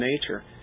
nature